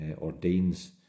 ordains